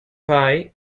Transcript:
pie